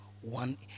One